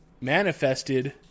manifested